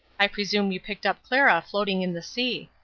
i presume you picked up clara floating in the sea.